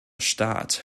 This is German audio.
staat